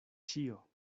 ĉio